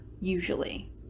usually